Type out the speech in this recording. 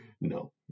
no